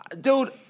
dude